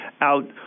out